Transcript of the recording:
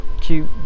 cute